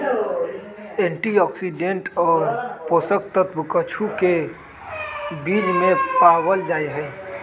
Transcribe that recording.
antioxidant और पोषक तत्व कद्दू के बीज में पावल जाहई